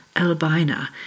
Albina